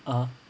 (uh huh)